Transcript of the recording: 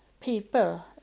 people